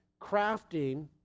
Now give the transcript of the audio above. crafting